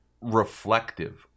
reflective